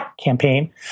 campaign